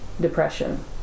depression